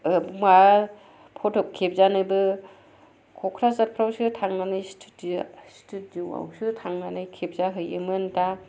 मा फटक खेबजानोबो कक्राझारफोरावसो स्टुडिय' स्टुडिय' आवसो थांनानै खेबजाहैयोमोन दा